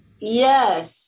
Yes